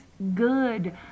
Good